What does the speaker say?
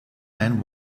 man